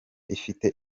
ifite